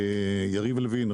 יריב לוין,